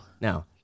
No